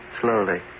slowly